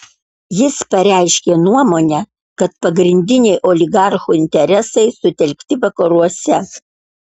jis pareiškė nuomonę kad pagrindiniai oligarchų interesai sutelkti vakaruose